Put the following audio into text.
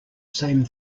same